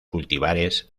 cultivares